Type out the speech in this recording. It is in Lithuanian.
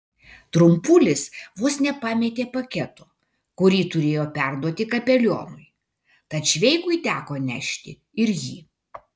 trumpulis vos nepametė paketo kurį turėjo perduoti kapelionui tad šveikui teko nešti ir jį